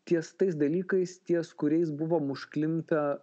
ties tais dalykais ties kuriais buvom užklimpę